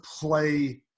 play